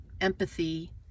empathy